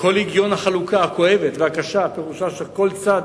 שכל הגיון החלוקה הכואבת והקשה פירושו שכל צד